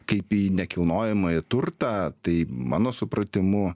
kaip į nekilnojamąjį turtą tai mano supratimu